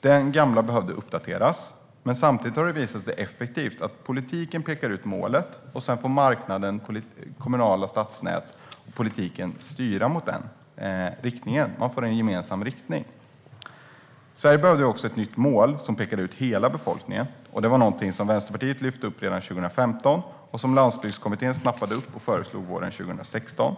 Den gamla behövde uppdateras. Det har visat sig effektivt att politiken pekar ut målet och att marknaden, kommunala stadsnät och politiken sedan får styra i den riktningen. Man får då en gemensam riktning. Sverige behövde också ett nytt mål som pekade ut hela befolkningen. Det var någonting som Vänsterpartiet lyfte fram redan 2015 och som Landsbygdskommittén snappade upp och föreslog våren 2016.